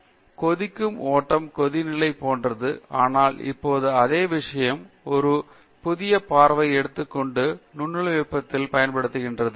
பேராசிரியர் டி ரெங்கநாதன் கொதிக்கும் ஓட்டம் கொதிநிலை போன்றது ஆனால் இப்போது அதே விஷயம் ஒரு புதிய பார்வையை எடுத்துக் கொண்டு நுண்ணலை வெப்பத்தில் பயன்படுத்தப்படுகிறது